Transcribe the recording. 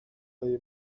لای